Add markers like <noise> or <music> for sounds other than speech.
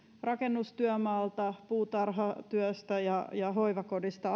rakennustyömaalta puutarhatyöstä ja ja hoivakodista <unintelligible>